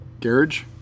Garage